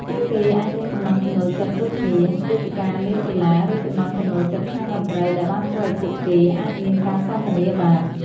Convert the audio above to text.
ពួកគេអាចមានចំណង់ចំណូលចិត្តដូចគ្នា ដូចជាការលេងកីឡា ឬចំណង់ចំណូលចិត្តខាងតន្ត្រីដែលបានធ្វើឲ្យពួកគេអាចមានការសន្ទនាបាន។